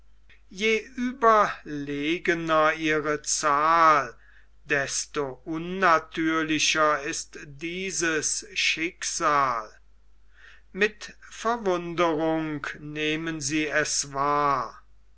je überlegener ihre zahl desto unnatürlicher ist dieses schicksal mit verwunderung nehmen sie es wahr